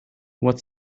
what